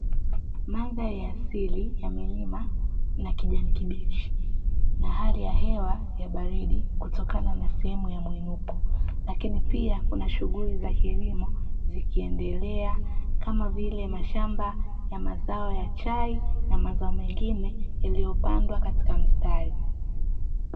Mandhari ya asili ya milima na kijani kibichi; na hali ya hewa ya baridi kutokana na sehemu ya mwinuko, lakini pia kuna shughuli za kilimo zikiendelea; kama vile mashamba ya mazao ya chai, na mazao mengine yaliyopandwa katika mstari.